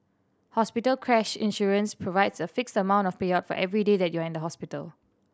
hospital crash insurance provides a fixed amount of payout for every day that you are in the hospital